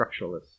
structuralists